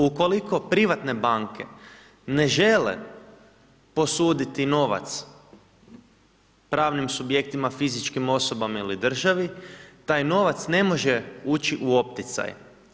Ukoliko privatne banke ne žele posuditi novac pravnim subjektima, fizičkim osobama ili državi taj novac ne može ući u opticaj.